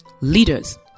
Leaders